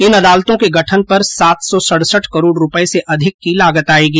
इन अदालतों के गठन पर सात सौ सड़सठ करोड़ रूपए से अधिक की लागत आएगी